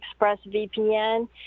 ExpressVPN